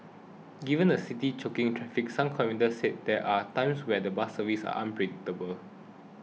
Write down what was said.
given the city's choking traffic some commuters said there are times when the bus services are unpredictable